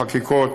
חקיקות